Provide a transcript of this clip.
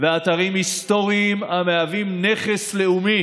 ואתרים היסטוריים המהווים נכס לאומי